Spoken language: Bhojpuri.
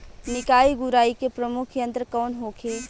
निकाई गुराई के प्रमुख यंत्र कौन होखे?